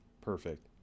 perfect